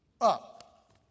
up